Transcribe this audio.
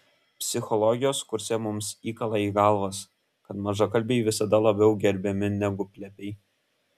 psichologijos kurse mums įkala į galvas kad mažakalbiai visada labiau gerbiami negu plepiai